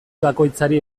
bakoitzari